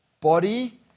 body